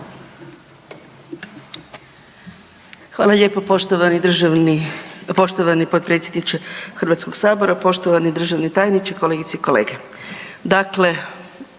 Hvala lijepa poštovani potpredsjedniče Hrvatskog sabora. Poštovani državni tajniče, dakle